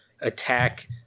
attack